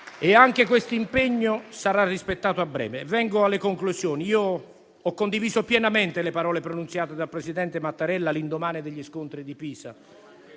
ed anche questo impegno sarà rispettato a breve. Vengo alle conclusioni. Ho condiviso pienamente le parole pronunciate dal presidente Mattarella all'indomani degli scontri di Pisa.